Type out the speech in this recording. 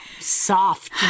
soft